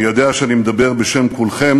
אני יודע שאני מדבר בשם כולכם